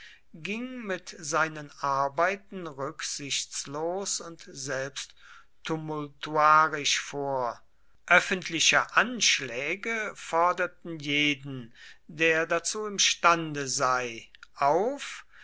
ging mit seinen arbeiten rücksichtslos und selbst tumultuarisch vor öffentliche anschläge forderten jeden der dazu imstande sei auf